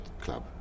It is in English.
club